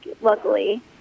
luckily